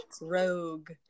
rogue